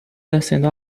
descendo